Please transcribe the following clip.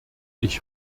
ich